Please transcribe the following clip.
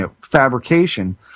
fabrication